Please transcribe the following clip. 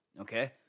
okay